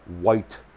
white